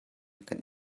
kan